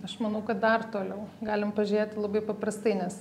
aš manau kad dar toliau galim pažiūrėti labai paprastai nes